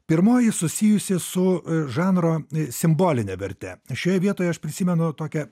pirmoji susijusi su žanro simboline verte šioje vietoje aš prisimenu tokią